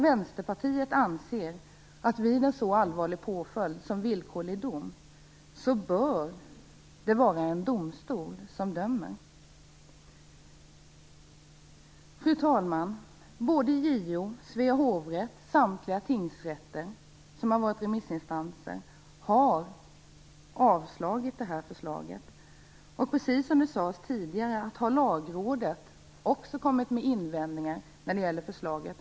Vänsterpartiet anser att vid en så allvarlig påföljd som villkorlig dom bör det vara en domstol som dömer. Fru talman! JO, Svea hovrätt och samtliga tingsrätter som har varit remissinstanser har avstyrkt det här förslaget. Som tidigare sades har också Lagrådet kommit med invändningar när det gäller förslaget.